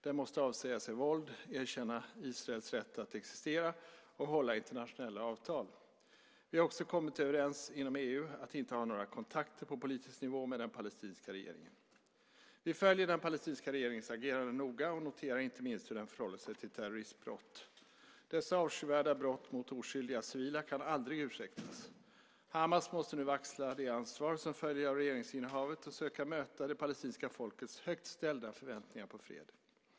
Den måste avsäga sig våld, erkänna Israels rätt att existera och hålla internationella avtal. Vi har också kommit överens inom EU om att inte ha några kontakter på politisk nivå med den palestinska regeringen. Vi följer den palestinska regeringens agerande noga och noterar inte minst hur den förhåller sig till terroristbrott. Dessa avskyvärda brott mot oskyldiga civila kan aldrig ursäktas. Hamas måste nu axla det ansvar som följer av regeringsinnehavet och söka möta det palestinska folkets högt ställda förväntningar på fred.